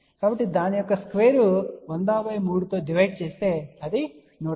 కాబట్టి దాని యొక్క స్క్వేర్ 1003 తో డివైడ్ చేస్తే అది 150 Ω గా వస్తుంది